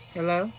Hello